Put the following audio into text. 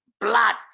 blood